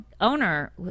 owner